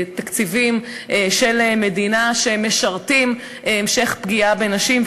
תקציבים של מדינה שמשרתים המשך פגיעה בנשים,